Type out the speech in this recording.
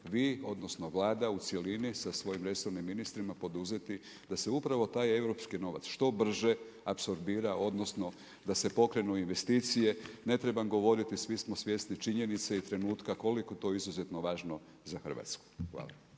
vi odnosno Vlada u cjelini sa svojim resornim ministrima poduzeti da se upravo taj europski novac što brže apsorbira odnosno da se pokrenu investicije? Ne treba govoriti, svi smo svjesni činjenice i trenutka koliko to je to izuzetno važno za Hrvatsku. Hvala.